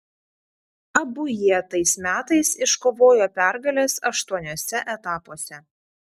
abu jie tais metais iškovojo pergales aštuoniuose etapuose